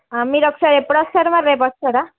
మీరు ఒకసారి ఎప్పుడు వస్తారు మరి రేపు వస్తారా